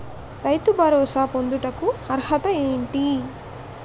రైతు భరోసా పొందుటకు అర్హత ఏంటి?